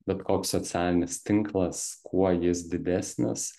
bet koks socialinis tinklas kuo jis didesnis